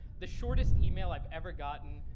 the shortest email i've ever gotten,